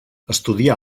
estudià